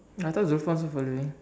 I thought Zulfan also following